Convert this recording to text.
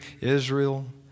Israel